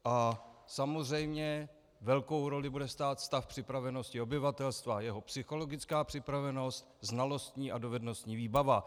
A samozřejmě velkou roli bude hrát stav připravenosti obyvatelstva, jeho psychologická připravenost, znalostní a dovednostní výbava.